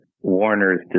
Warners